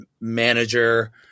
manager